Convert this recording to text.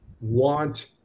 Want